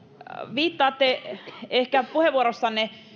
viittaatte puheenvuorossanne ehkä